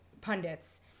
pundits